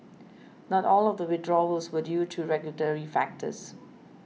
not all of the withdrawals were due to regulatory factors